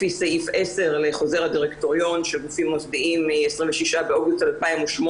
לפי סעיף 10 לחוזר הדירקטוריון של גופים מוסדיים מ-26 באוגוסט 2018,